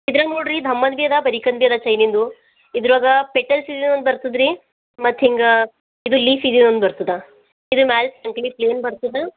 ಇದ್ರಗೆ ನೋಡಿರಿ ಬರೀ ಕಂಡಿಯದ ಚೈನಿಂದು ಇದರಾಗ ಪೆಟಲ್ಸಿದು ಇದೊಂದು ಬರ್ತದೆರಿ ಮತ್ತು ಹಿಂಗೆ ಇದು ಲೀಫಿದು ಇದೊಂದು ಬರ್ತದೆ ಇದ್ರ ಮ್ಯಾಲೆ ಬರ್ತದೆ